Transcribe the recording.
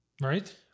Right